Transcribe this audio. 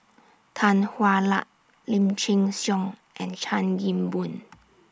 Tan Hwa Luck Lim Chin Siong and Chan Kim Boon